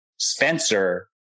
Spencer